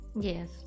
yes